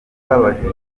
babajijwe